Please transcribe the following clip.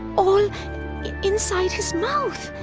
all inside his mouth!